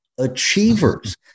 Achievers